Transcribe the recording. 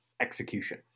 execution